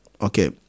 okay